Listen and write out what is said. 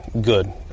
good